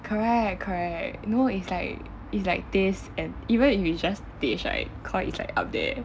correct correct no it's like it's like taste and even if it's just taste right koi is like up there